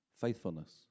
faithfulness